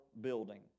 building